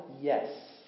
yes